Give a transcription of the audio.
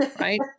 right